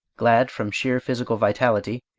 glad from sheer physical vitality,